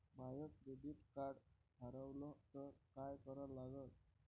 माय credit card हारवलं तर काय करा लागन?